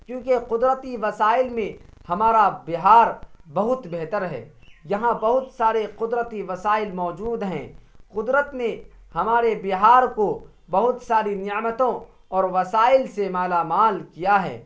کیونکہ قدرتی وسائل میں ہمارا بہار بہت بہتر ہے یہاں بہت سارے قدرتی وسائل موجود ہیں قدرت نے ہمارے بہار کو بہت ساری نعمتوں اور وسائل سے مالا مال کیا ہے